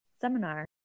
seminar